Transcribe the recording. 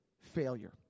failure